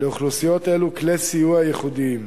לאוכלוסיות אלו יש כלי סיוע ייחודיים,